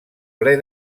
ple